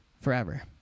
forever